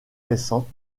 récente